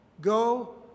Go